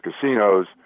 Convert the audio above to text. casinos